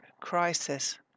crisis